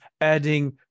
adding